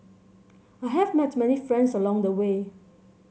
I have met many friends along the way